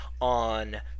on